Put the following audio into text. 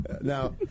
Now